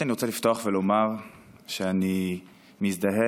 אני רוצה לפתוח ולומר שאני מזדהה,